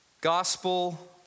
Gospel